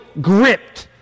gripped